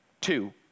two